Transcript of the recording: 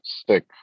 stick